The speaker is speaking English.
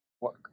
work